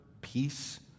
peace